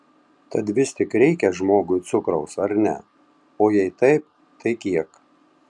tad vis tik reikia žmogui cukraus ar ne o jei taip tai kiek